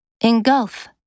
Engulf